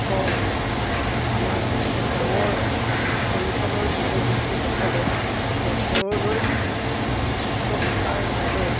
হয় আমাৰ গাঁৱৰ অঞ্চলৰ যুৱক যুৱতীসকলে চহৰলৈ উচ্চ শিক্ষাৰ বাবে